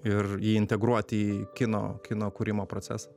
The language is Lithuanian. ir įintegruoti į kino kino kūrimo procesą